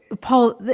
Paul